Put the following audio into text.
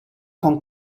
con